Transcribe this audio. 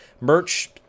merch